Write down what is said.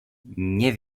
nie